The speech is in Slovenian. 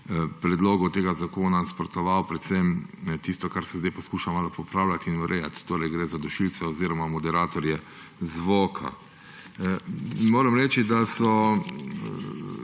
predlogu tega zakona nasprotoval tistemu, kar se zdaj poskuša malo popravljati in urejati. Gre za dušilce oziroma moderatorje zvoka. Moram reči, da me